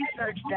research